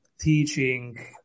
teaching